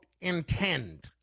intend